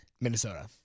Minnesota